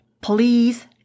Please